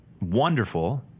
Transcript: wonderful